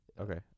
Okay